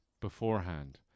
beforehand